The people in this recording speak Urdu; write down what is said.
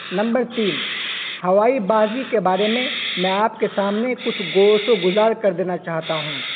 نمبر تین ہوائی بازی کے بارے میں میں آپ کے سامنے کچھ گوشِ گزار کر دینا چاہتا ہوں